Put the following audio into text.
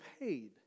paid